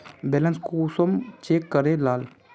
Balance कुंसम check करे लाल?